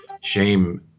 shame